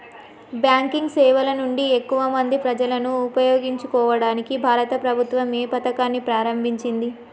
Banking సేవల నుండి ఎక్కువ మంది ప్రజలను ఉపయోగించుకోవడానికి భారత ప్రభుత్వం ఏ పథకాన్ని ప్రారంభించింది?